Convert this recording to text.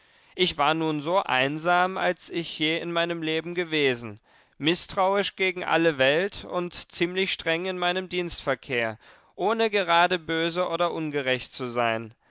ich war nun so einsam als ich je in meinem leben gewesen mißtrauisch gegen alle welt und ziemlich streng in meinem dienstverkehr ohne gerade böse oder ungerecht zu sein